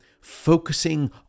focusing